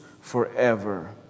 forever